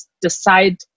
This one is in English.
decide